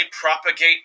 propagate